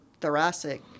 thoracic